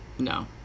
No